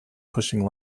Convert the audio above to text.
pushing